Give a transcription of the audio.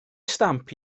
stamp